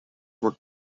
were